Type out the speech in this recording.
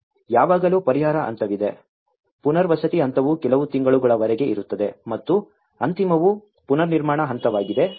ಯಾವಾಗಲೂ ಪರಿಹಾರ ಹಂತವಿದೆ ಪುನರ್ವಸತಿ ಹಂತವು ಕೆಲವು ತಿಂಗಳುಗಳವರೆಗೆ ಇರುತ್ತದೆ ಮತ್ತು ಅಂತಿಮವು ಪುನರ್ನಿರ್ಮಾಣ ಹಂತವಾಗಿದೆ